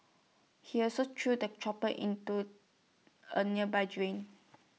he also threw the chopper into A nearby drain